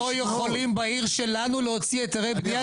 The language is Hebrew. יכולים בעיר שלנו להוציא היתרי בניה.